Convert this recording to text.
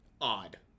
odd